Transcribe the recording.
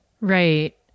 Right